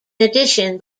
addition